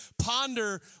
ponder